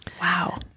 Wow